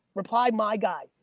reply my guy.